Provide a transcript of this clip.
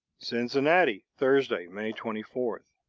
cincinnati, thursday, may twenty four